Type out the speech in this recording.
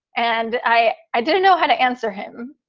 and i i didn't know how to answer him.